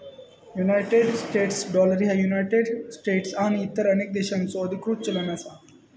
United States dollar ह्या United States आणि इतर अनेक देशांचो अधिकृत चलन असा